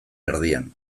erdian